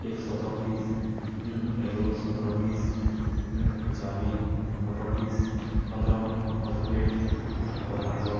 cake ᱥᱚᱛᱮᱨᱚ piece egg roll ᱥᱚᱛᱮᱨᱚ piece chowmein ᱯᱚᱱᱚᱨᱚ ᱯᱤᱥ ᱯᱚᱱᱫᱨᱚ ᱯᱚᱱᱫᱨᱚ ᱯᱞᱮᱴ ᱛᱟᱯᱚᱨ ᱟᱨᱦᱚᱸ